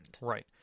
Right